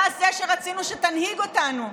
אתה, זה שרצינו שתנהיג אותנו,